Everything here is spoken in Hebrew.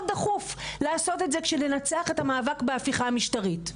דחוף לעשות את זה כשננצח את המאבק בהפיכה המשטרית.